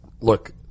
look